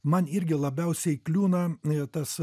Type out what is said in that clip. man irgi labiausiai kliūna tas